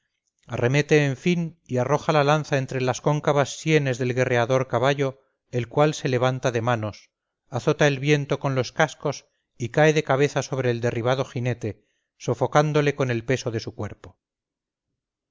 arremete en fin y arroja la lanza entre las cóncavas sienes del guerreador caballo el cual se levanta de manos azota el viento con los cascos y cae de cabeza sobre el derribado jinete sofocándole con el peso de su cuerpo